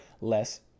less